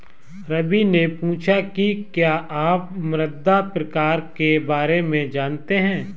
रवि ने पूछा कि क्या आप मृदा प्रकार के बारे में जानते है?